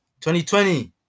2020